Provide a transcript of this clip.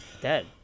dead